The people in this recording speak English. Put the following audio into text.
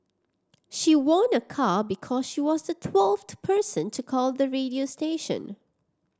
she won a car because she was the twelfth person to call the radio station